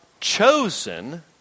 chosen